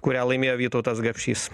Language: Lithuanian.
kurią laimėjo vytautas gapšys